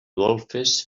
golfes